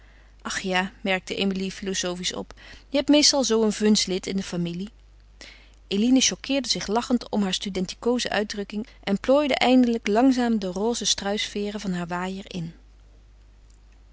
ach ja merkte emilie filozofisch op je hebt meestal zoo een vuns lid in de familie eline choqueerde zich lachend om haar studentikoze uitdrukking en plooide eindelijk langzaam de roze struisveeren van haar waaier